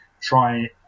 try